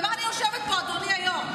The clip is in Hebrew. למה אני יושבת פה, אדוני היו"ר?